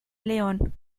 león